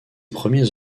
premiers